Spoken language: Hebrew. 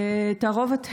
תערובת "הרבל"